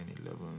eleven